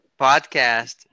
podcast